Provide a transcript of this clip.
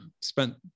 spent